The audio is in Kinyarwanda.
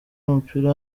w’umupira